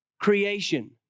creation